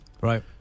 right